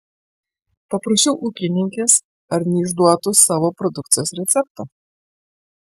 paprašiau ūkininkės ar neišduotų savo produkcijos recepto